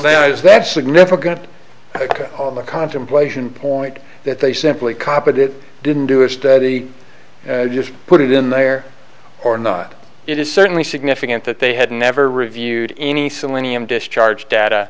oh is that significant because all the contemplation point that they simply copied it didn't do a study just put it in there or not it is certainly significant that they had never reviewed any selenium discharge data